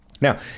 Now